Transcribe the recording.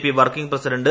P working പ്രസിഡന്റങ് J